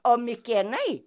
o mikėnai